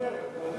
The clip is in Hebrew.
הוא בדרך.